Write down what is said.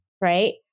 right